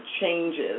changes